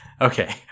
Okay